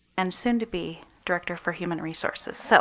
and soon to be director for human resources. so